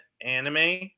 anime